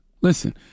Listen